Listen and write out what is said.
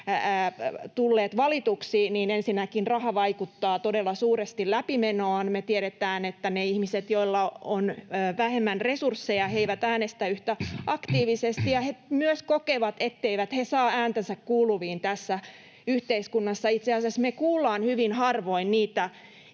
tulleet valituiksi, tiedetään, että ensinnäkin raha vaikuttaa todella suuresti läpimenoon. Me tiedetään, että ne ihmiset, joilla on vähemmän resursseja, eivät äänestä yhtä aktiivisesti ja he myös kokevat, etteivät he saa ääntänsä kuuluviin tässä yhteiskunnassa. Itse asiassa me kuullaan hyvin harvoin niitä